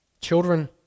Children